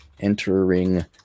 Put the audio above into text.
entering